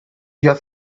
your